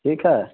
ठीक है